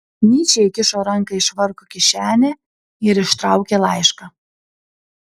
nyčė įkišo ranką į švarko kišenę ir ištraukė laišką